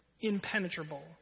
impenetrable